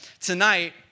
Tonight